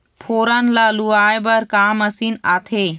फोरन ला लुआय बर का मशीन आथे?